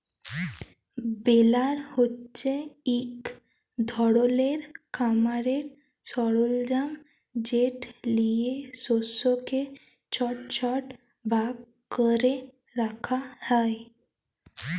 বেলার হছে ইক ধরলের খামারের সরলজাম যেট লিঁয়ে শস্যকে ছট ছট ভাগ ক্যরে রাখা হ্যয়